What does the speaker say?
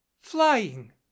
flying